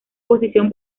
posición